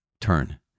turn